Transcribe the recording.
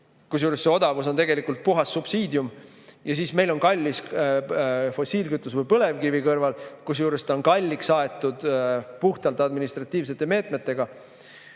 kusjuures see odavus on tegelikult puhas subsiidium, ja siis meil on kallis fossiilkütus või põlevkivi kõrval, kusjuures ta on kalliks aetud puhtalt administratiivsete meetmetega.